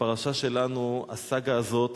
בפרשה שלנו הסאגה הזאת